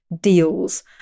deals